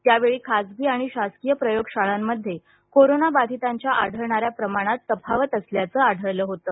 त्यावेळी खासगी आणि शासकीय प्रयोगशाळांमध्ये कोरोना बधितांच्या आढळणाऱ्या प्रमाणात तफावत असल्याचे आढळलं होतं